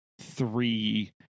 three